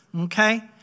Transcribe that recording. Okay